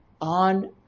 on